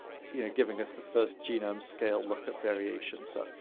you know, giving us the first genome scale look at variation. so,